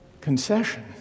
concession